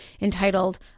entitled